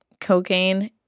cocaine